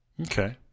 Okay